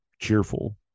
cheerful